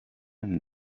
and